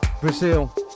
Brazil